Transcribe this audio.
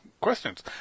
questions